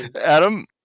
Adam